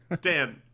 Dan